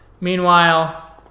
Meanwhile